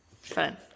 Fun